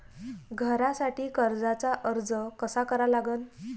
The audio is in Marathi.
घरासाठी कर्जाचा अर्ज कसा करा लागन?